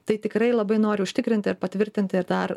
tai tikrai labai noriu užtikrinti ir patvirtinti ir dar